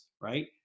right